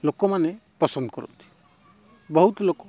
ଲୋକମାନେ ପସନ୍ଦ କରନ୍ତି ବହୁତ ଲୋକ